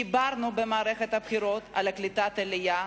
דיברנו במערכת הבחירות על קליטת העלייה,